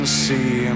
see